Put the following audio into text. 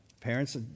Parents